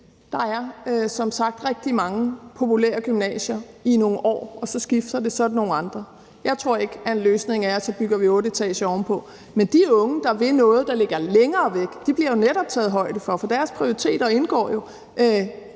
der er som sagt rigtig mange gymnasier, der er populære i nogle år, og så skifter det til nogle andre. Jeg tror ikke, at en løsning er, at vi så bygger otte etager ovenpå. Men de unge, der vil noget, der ligger længere væk, bliver der jo netop taget højde for, for deres prioriteter indgår jo